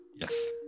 Yes